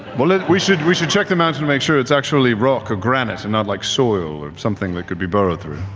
but like we should we should check the mountain to make sure it's actually rock or granite and not like soil or something that could be burrowed through.